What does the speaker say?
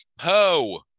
ho